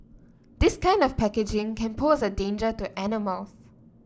this kind of packaging can pose a danger to animals